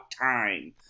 time